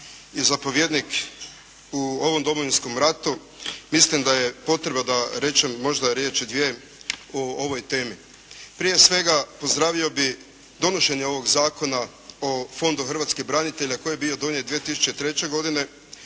i zapovjednik u ovom Domovinskom ratu mislim da je potrebe da rečem možda riječ dvije o ovoj temi. Prije svega pozdravio bih donošenje ovog zakona o Fondu hrvatskih branitelja koji je bio donijet 2003. godine,